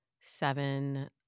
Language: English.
seven